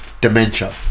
dementia